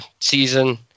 season